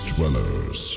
Dwellers